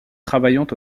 travaillant